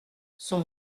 son